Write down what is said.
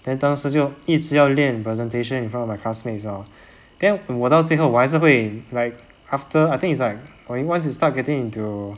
then 当时就一直要练 presentation in front of my classmates lor then 我到最后我还是会 like after I think it's like or once you start getting into